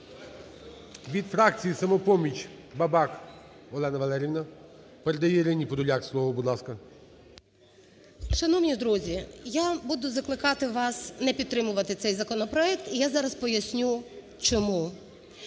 Від фракції "Самопоміч" Бабак Олена Валеріївна передає Ірині Подоляк слово. Будь ласка. 13:48:14 ПОДОЛЯК І.І. Шановні друзі! Я буду закликати вас не підтримувати цей законопроект, і я зараз поясню, чому.